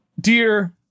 dear